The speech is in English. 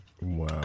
Wow